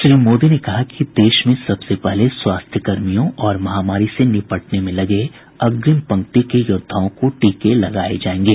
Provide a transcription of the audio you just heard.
श्री मोदी ने कहा कि देश में सबसे पहले स्वास्थ्यकर्मियों और महामारी से निपटने में लगे अग्रिम पंक्ति के योद्वाओं को टीके लगाये जायेंगे